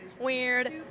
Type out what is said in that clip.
Weird